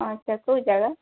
ଆଚ୍ଛା କେଉଁ ଜାଗା